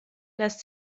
lässt